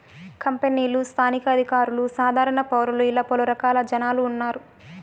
కంపెనీలు స్థానిక అధికారులు సాధారణ పౌరులు ఇలా పలు రకాల జనాలు ఉన్నారు